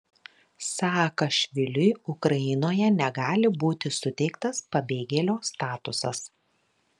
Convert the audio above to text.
saakašviliui ukrainoje negali būti suteiktas pabėgėlio statusas